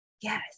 Yes